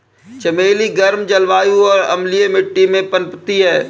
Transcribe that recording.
चमेली गर्म जलवायु और अम्लीय मिट्टी में पनपती है